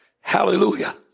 Hallelujah